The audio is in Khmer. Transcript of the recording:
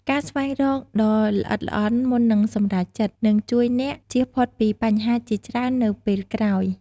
ការស្វែងរកដ៏ល្អិតល្អន់មុននឹងសម្រេចចិត្ត នឹងជួយអ្នកជៀសផុតពីបញ្ហាជាច្រើននៅពេលក្រោយ។